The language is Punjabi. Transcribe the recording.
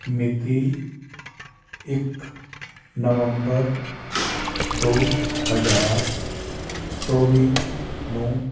ਮਿਤੀ ਇੱਕ ਨਵੰਬਰ ਦੋ ਹਜ਼ਾਰ ਚੌਵੀ ਨੂੰ